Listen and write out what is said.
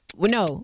No